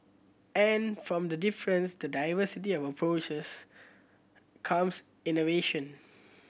and from the difference the diversity of approaches comes innovation